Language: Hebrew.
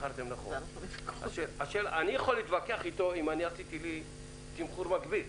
אני יכול להתווכח אם יצרתי תמחור מקביל.